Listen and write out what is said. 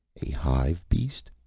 a hive-beast?